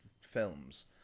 films